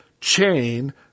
Chain